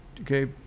okay